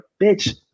bitch